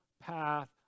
path